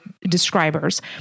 describers